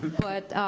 but,